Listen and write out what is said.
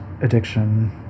addiction